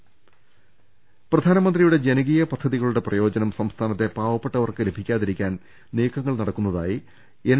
C Thomas പ്രധാനമന്ത്രിയുടെ ജനകീയ പദ്ധതികളുടെ പ്രയോജനം സംസ്ഥാനത്തെ പാവപ്പെട്ടവർക്ക് ലഭിക്കാതിരിക്കാൻ നീക്കങ്ങൾ നടക്കുന്നതായി എൻ